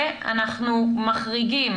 ואנחנו מחריגים